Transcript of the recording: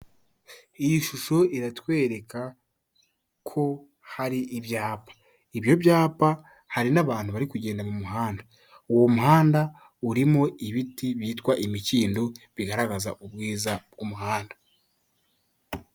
Iyi shusho iratwereka ko hari ibyapa, ibyo byapa hari n'abantu bari kugenda mu muhanda, uwo muhanda urimo ibiti bitwa imikindo bigaragaza ubwiza bw'umuhanda.